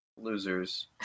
losers